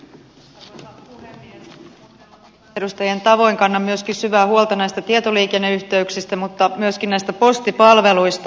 muiden kansanedustajien tavoin kannan myöskin syvää huolta näistä tietoliikenneyhteyksistä mutta myöskin näistä postipalveluista